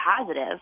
positive